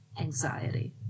anxiety